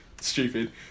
Stupid